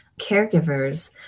caregivers